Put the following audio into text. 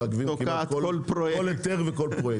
מעכבים כמעט כל היתר וכל פרויקט.